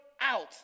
out